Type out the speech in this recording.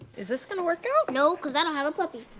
is this gonna work out? no, cause i don't have a puppy.